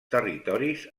territoris